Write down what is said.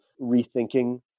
rethinking